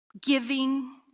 giving